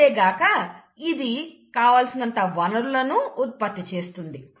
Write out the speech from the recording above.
అంతేకాక ఇది కావలసినంత వనరులను ఉత్పత్తి చేస్తుంది